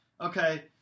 Okay